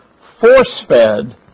force-fed